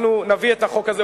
אנחנו נביא את החוק הזה,